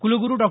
कुलगुरु डॉ